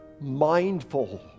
mindful